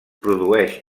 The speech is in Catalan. produeix